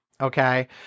Okay